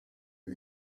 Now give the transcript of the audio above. and